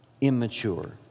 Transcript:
immature